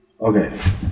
okay